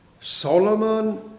Solomon